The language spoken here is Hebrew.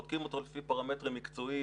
בודקים אותו לפי פרמטרים מקצועיים,